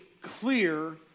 clear